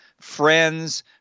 friends